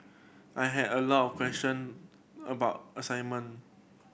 I had a lot of question about assignment